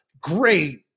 great